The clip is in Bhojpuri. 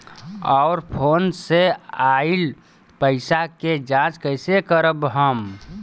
और फोन से आईल पैसा के जांच कैसे करब हम?